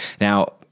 Now